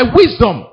wisdom